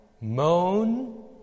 moan